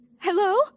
Hello